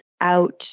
out